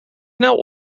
snel